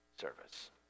service